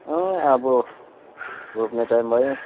अँ अब रोप्ने टाइम भयो